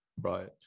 Right